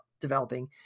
developing